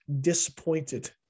disappointed